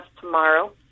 tomorrow